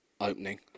opening